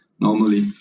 normally